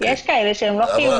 יש כאלה שהם לא חיוניים,